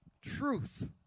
truth